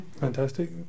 Fantastic